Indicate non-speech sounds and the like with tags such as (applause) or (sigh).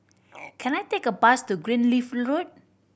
(noise) can I take a bus to Greenleaf Road